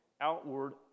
outward